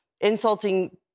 insulting